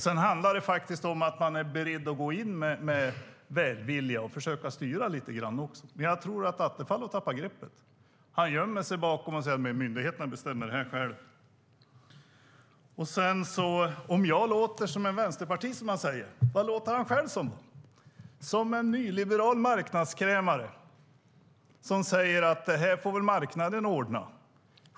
Det handlar faktiskt om att man är beredd att gå in med välvilja och försöka styra lite grann också. Men jag tror att Attefall har tappat greppet. Han gömmer sig bakom att myndigheterna bestämmer detta själva. Om jag låter som en vänsterpartist, som han säger, vad låter han då själv som? Han låter som en nyliberal marknadskrämare som säger att marknaden får orda det här.